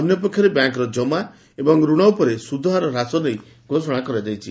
ଅନ୍ୟପକ୍ଷରେ ବ୍ୟାଙ୍କର ଜମା ଏବଂ ଋଣ ଉପରେ ସୁଧହାର ହ୍ରାସ ନେଇ ଘୋଷଣା କରାଯାଇଛି